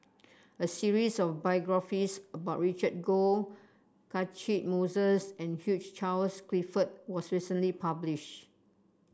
a series of biographies about Roland Goh Catchick Moses and Hugh Charles Clifford was recently published